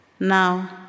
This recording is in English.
Now